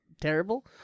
terrible